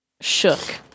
shook